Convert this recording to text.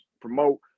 promote